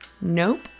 Nope